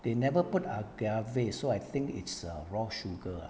they never put agave so I think it's a raw sugar